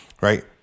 Right